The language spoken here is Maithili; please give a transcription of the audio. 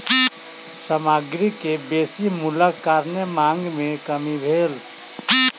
सामग्री के बेसी मूल्यक कारणेँ मांग में कमी भेल